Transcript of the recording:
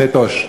נטוש.